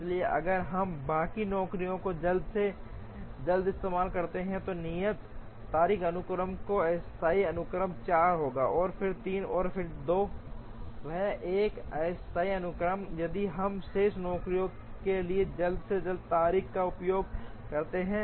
इसलिए अगर हम बाकी नौकरियों को जल्द से जल्द इस्तेमाल करते हैं नियत तारीख अनुक्रम तो अस्थायी अनुक्रम 4 होगा फिर 3 और फिर 2 वह एक है अस्थायी अनुक्रम यदि हम शेष नौकरियों के लिए जल्द से जल्द तारीख का उपयोग करते हैं